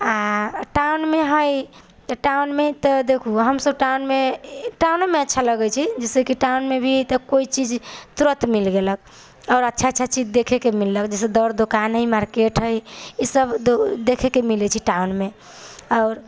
आओर टाउनमे हइ तऽ टाउनमे तऽ देखू हमसब टाउनमे टाउनोमे अच्छा लगै छै जइसे कि टाउनमे भी तऽ कोइ चीज तुरन्त मिल गेलक आओर अच्छा अच्छा चीज देखैके मिलल जइसे दर दुकान हइ मार्केट हइ ईसब देखैके मिलै छै टाउनमे आओर